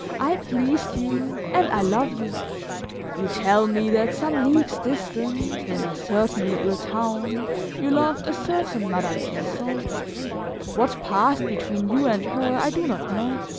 i pleased you and i love you you tell me that some leagues distant, in a certain little town you loved a certain madame pierson what passed between you and her i do not know.